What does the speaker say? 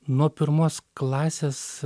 nuo pirmos klasės